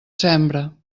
sembra